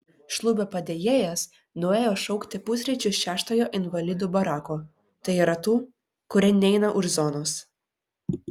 šlubio padėjėjas nuėjo šaukti pusryčių šeštojo invalidų barako tai yra tų kurie neina už zonos